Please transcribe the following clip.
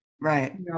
Right